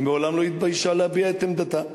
היא מעולם לא התביישה להביע את עמדתה.